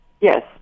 Yes